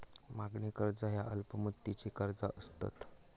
मागणी कर्ज ह्या अल्प मुदतीची कर्जा असतत